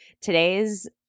Today's